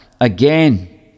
again